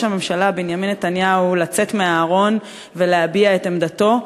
הממשלה בנימין נתניהו לצאת מהארון ולהביע את עמדתו.